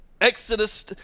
exodus